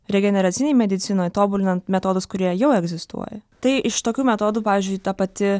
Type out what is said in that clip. regeneracinėj medicinoj tobulinant metodus kurie jau egzistuoja tai iš tokių metodų pavyzdžiui ta pati